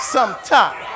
Sometime